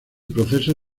proceso